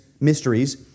mysteries